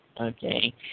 okay